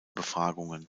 befragungen